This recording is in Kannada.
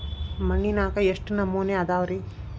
ಮಣ್ಣಿನಾಗ ಎಷ್ಟು ನಮೂನೆ ಅದಾವ ರಿ?